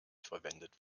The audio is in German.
verwendet